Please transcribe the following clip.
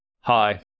Hi